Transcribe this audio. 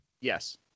Yes